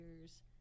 years